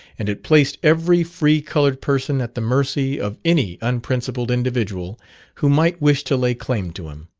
and it placed every free coloured person at the mercy of any unprincipled individual who might wish to lay claim to him.